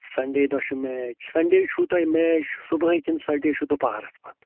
Sunday دۄہ چھُ match Sunday چھُو تۄہہِ میچ صُبحٲے کِنہٕ سنٛڈے چھُ دُپارَس پَتہٕ